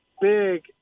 big